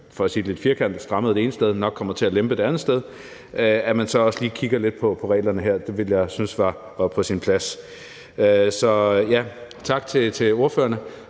for at sige det lidt firkantet, strammede det ene sted, men hvor man nok kommer til at lempe det andet sted – altså at man så også lige kigger lidt på reglerne her. Det ville jeg synes var på sin plads. Så tak til ordførerne